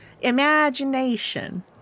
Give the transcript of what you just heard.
Imagination